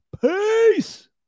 Peace